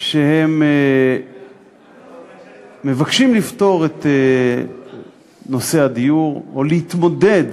שהם מבקשים לפתור את נושא הדיור, או להתמודד